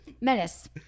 Menace